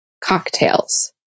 cocktails